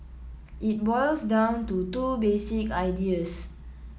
it boils down to two basic ideas